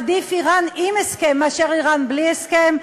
עדיף איראן עם הסכם מאשר איראן בלי הסכם,